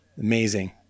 Amazing